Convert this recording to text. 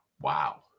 Wow